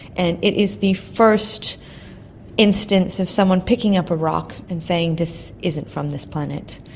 and it is the first instance of someone picking up a rock and saying this isn't from this planet,